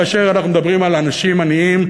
כאשר אנחנו מדברים על אנשים עניים,